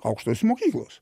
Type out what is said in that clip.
aukštosios mokyklos